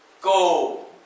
Go